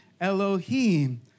elohim